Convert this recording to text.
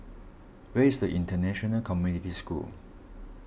where is International Community School